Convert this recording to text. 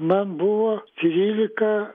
man buvo trylika